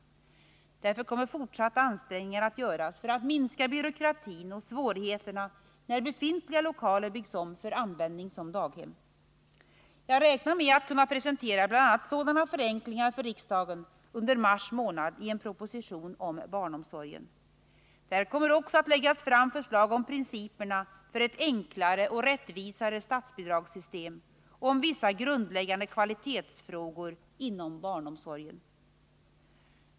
Därför kommer fortsatta ansträngningar att göras för att minska byråkratin och svårigheterna när befintliga lokaler byggs om för användning som daghem. Jag räknar med att kunna presentera bl.a. sådana förenklingar för riksdagen under mars månad i en proposition om barnomsorgen. Där kommer också att läggas fram förslag om principerna för ett enklare och rättvisare statsbidragssystem och om vissa grundläggande kvalitetsfrågor inom barnomsorgen.